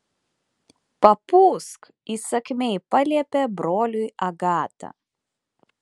papūsk įsakmiai paliepė broliui agata